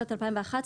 אני חושבת,